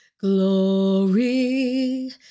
glory